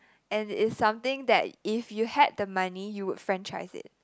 and it is something that if you had the money you would franchise it